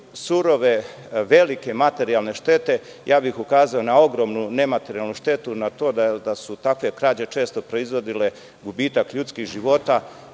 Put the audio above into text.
surove, velike materijalne štete, ja bih ukazao na ogromnu nematerijalnu štetu, na to da su takve krađe često proizvodile gubitak ljudskih života,